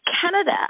Canada